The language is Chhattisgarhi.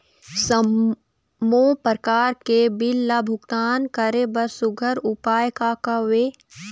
सबों प्रकार के बिल ला भुगतान करे बर सुघ्घर उपाय का हा वे?